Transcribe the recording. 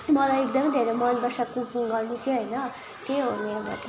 मलाई एकदम धेरै मनपर्छ कुकिङ गर्नु चाहिँ होइन त्यही हो मेरोबाट